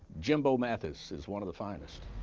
jimbo mathus is one of the finest.